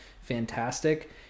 fantastic